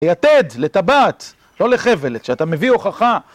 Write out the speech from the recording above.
היתד, לטבת, לא לחבלת, שאתה מביא הוכחה.